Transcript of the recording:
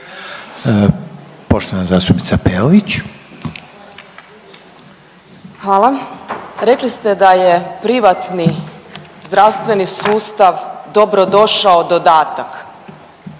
Katarina (RF)** Hvala. Rekli ste da je privatni zdravstveni sustav dobro došao dodatak.